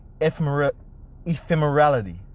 ephemerality